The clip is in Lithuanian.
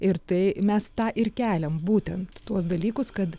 ir tai mes tą ir keliam būtent tuos dalykus kad